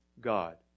God